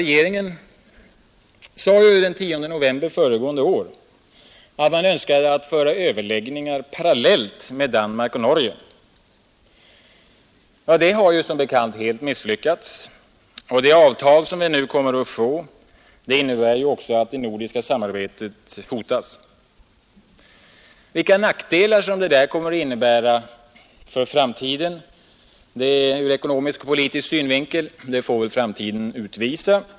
Regeringen sade den 10 november föregående år att Sverige önskade föra överläggningar parallellt med Danmark och Norge. Det har som bekant helt misslyckats, och det avtal som vi nu kommer att få innebär också att det nordiska samarbetet hotas. Vilka nackdelar som det kommer att innebära ur ekonomisk och politisk synvinkel får väl framtiden utvisa.